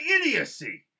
idiocy